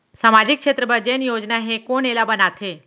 सामाजिक क्षेत्र बर जेन योजना हे कोन एला बनाथे?